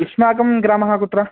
युष्माकं ग्रामः कुत्र